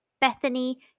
Bethany